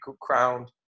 crowned